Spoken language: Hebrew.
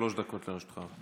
שלוש דקות לרשותך.